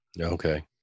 Okay